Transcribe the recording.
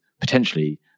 potentially